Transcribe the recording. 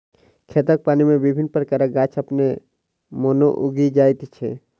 खेतक पानि मे विभिन्न प्रकारक गाछ अपने मोने उगि जाइत छै